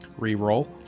Reroll